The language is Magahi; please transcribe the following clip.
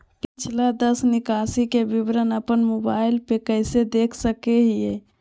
पिछला दस निकासी के विवरण अपन मोबाईल पे कैसे देख सके हियई?